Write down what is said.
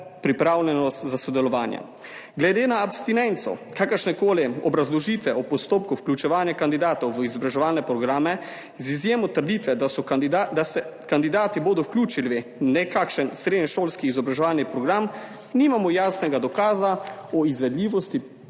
pripravljenosti za sodelovanje. Glede na abstinenco kakršnekoli obrazložitve o postopku vključevanja kandidatov v izobraževalne programe z izjemo trditve, da se kandidati bodo vključili v nekakšen srednješolski izobraževalni program, nimamo jasnega dokaza o izvedljivosti